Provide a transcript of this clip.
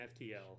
FTL